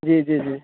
جی جی جی